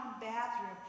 bathroom